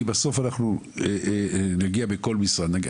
כי בסוף אנחנו נגיע בכל משרד.